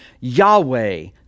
Yahweh